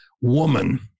woman